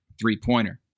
three-pointer